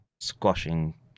squashing